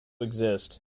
exist